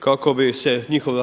kako bi se njihov